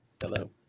Hello